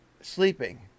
Sleeping